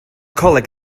coleg